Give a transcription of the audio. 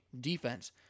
Defense